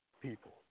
people